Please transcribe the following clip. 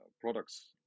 products